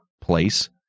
Place